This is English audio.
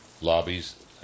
lobbies